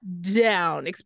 down